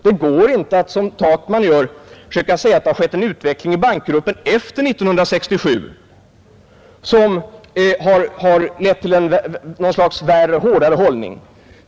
Det går inte att som herr Takman försöka säga att det skett en utveckling i bankgruppen efter 1967 som lett till något slags hårdare hållning.